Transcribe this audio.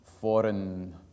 foreign